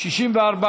(תיקון,